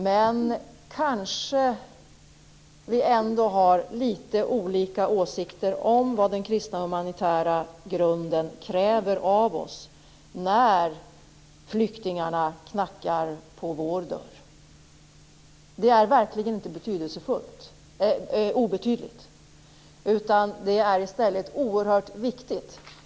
Men kanske vi ändå har litet olika åsikter om vad den kristna, humanitära grunden kräver av oss när flyktingarna knackar på vår dörr. Det är verkligen inte obetydligt, utan det är i stället oerhört viktigt.